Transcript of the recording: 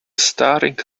starring